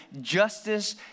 justice